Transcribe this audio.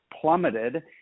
plummeted